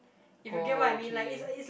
okay